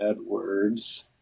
Edwards